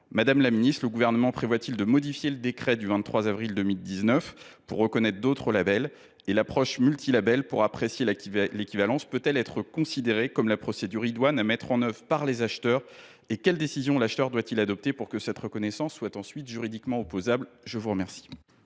Madame la ministre, le Gouvernement prévoit il de modifier le décret du 23 avril 2019 pour reconnaître d’autres labels ? L’approche multi labels pour apprécier l’équivalence peut elle être considérée comme la procédure idoine à mettre en œuvre par les acheteurs ? Quelle position l’acheteur doit il adopter pour que cette reconnaissance soit ensuite juridiquement opposable ? La parole